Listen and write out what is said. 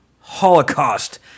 Holocaust